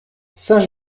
saint